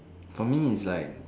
for me is like